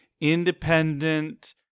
independent